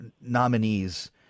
nominees